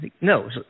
No